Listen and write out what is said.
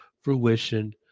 fruition